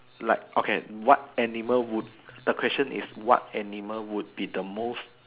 like okay what animal would the question is what animal would be the most